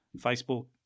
Facebook